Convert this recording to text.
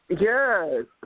Yes